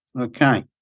Okay